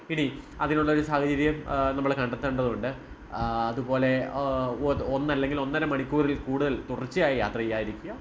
ഇനി അതിനുള്ള ഒരു സാഹചര്യം നമ്മൾ കണ്ടെത്തേണ്ടതുണ്ട് അതുപോലെ ഒത് ഒന്നല്ലെങ്കിൽ ഒന്നര മണിക്കൂറിൽ കൂടുതൽ തുടർച്ചയായി യാത്ര ചെയ്യാതിരിക്കുക